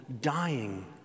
dying